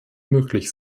möglich